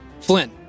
Flynn